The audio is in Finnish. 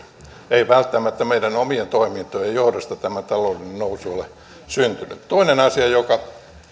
ei välttämättä meidän omien toimintojen johdosta tämä talouden nousu ole syntynyt toinen asia joka